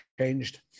changed